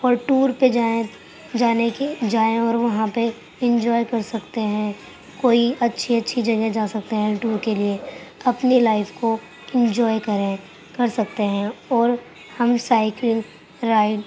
اور ٹور پہ جائیں جانے کی جائیں اور وہاں پہ انجوائے کر سکتے ہیں کوئی اچھی اچھی جگہ جا سکتا ہے ٹور کے لیے اپنی لائف کو انجوائے کریں کر سکتے ہیں اور ہم سائیکل رائڈ